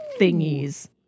thingies